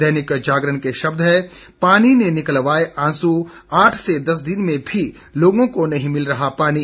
दैनिक जागरण के शब्द हैं पानी ने निकलवाए आंसू आठ से दस दिन में भी लोगों को नहीं मिल रहा पानी